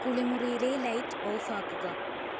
കുളിമുറിയിലെ light off ആക്കുക